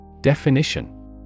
Definition